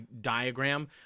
diagram